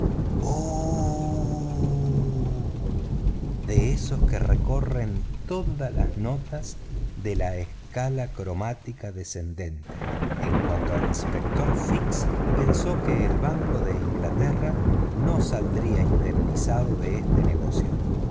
esos que recorren todas las notas de la escala cromática descendente en cuanto al inspector fix pensó que el banco de inglaterra no saldría indemnizado de este negocio